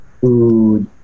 food